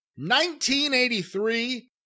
1983